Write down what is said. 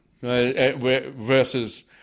versus